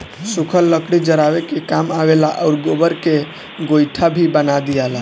सुखल लकड़ी जरावे के काम आवेला आउर गोबर के गइठा भी बना दियाला